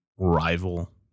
rival